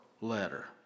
letter